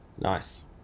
nice